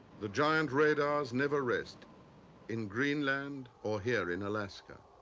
the giant radars never rest in greenland or here in alaska.